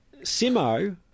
Simo